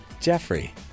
Jeffrey